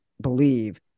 believe